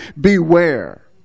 beware